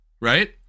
right